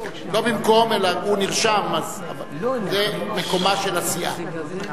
לא במקום, הוא נרשם, אז זה במקומה של הסיעה.